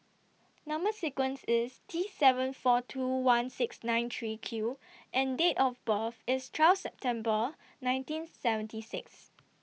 Number sequence IS T seven four two one six nine three Q and Date of birth IS twelve September nineteen seventy six